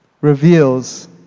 reveals